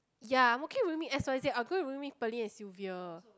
ya I'm okay rooming S_Y_Z I'm okay with rooming Pearlyn and Sylvia